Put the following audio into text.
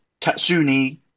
Tatsuni